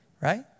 right